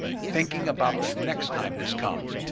thinking about the next time this comes,